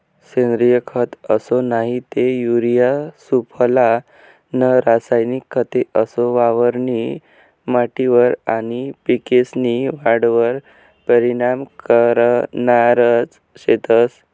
सेंद्रिय खत असो नही ते युरिया सुफला नं रासायनिक खते असो वावरनी माटीवर आनी पिकेस्नी वाढवर परीनाम करनारज शेतंस